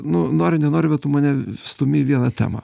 nu nori nenori bet tu mane stumi į vieną temą